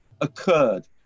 occurred